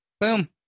Boom